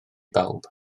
bawb